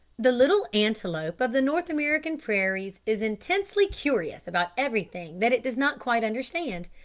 the little antelope of the north american prairies is intensely curious about everything that it does not quite understand,